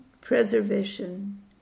preservation